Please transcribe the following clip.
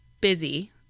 busy